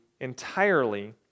entirely